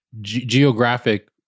geographic